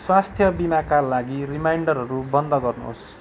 स्वास्थ्य बिमाका लागि रिमाइन्डरहरू बन्द गर्नुहोस्